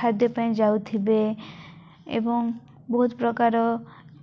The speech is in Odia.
ଖାଦ୍ୟ ପାଇଁ ଯାଉଥିବେ ଏବଂ ବହୁତ ପ୍ରକାର